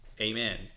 Amen